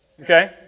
Okay